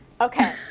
Okay